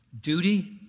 Duty